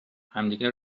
همدیگه